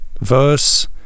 verse